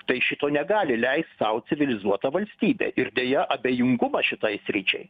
tai šito negali leist sau civilizuota valstybė ir deja abejingumas šitai sričiai